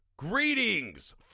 Greetings